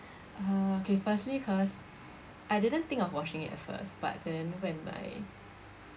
uh K firstly cause I didn't think of watching it at first but then when my